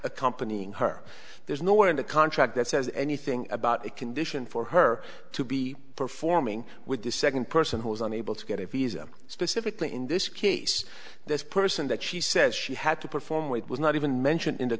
accompanying her there's nowhere in the contract that says anything about a condition for her to be performing with the second person who is unable to get a visa specifically in this case this person that she says she had to perform with was not even mentioned in the